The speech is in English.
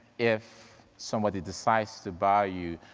if, somebody decides to buy you,